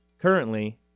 currently